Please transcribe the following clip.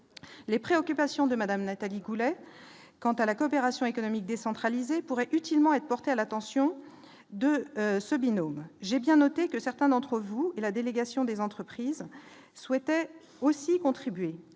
les préoccupations de Madame Nathalie Goulet quant à la coopération économique décentralisées pourraient utilement être portée à l'attention de ce binôme, j'ai bien noté que certains d'entre vous et la délégation des entreprises souhaitait aussi contribué